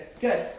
good